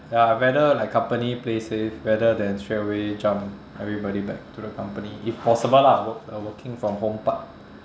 ya I rather like company play safe rather than straightaway jump everybody back to the company if possible lah work~ the working from home part